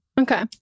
okay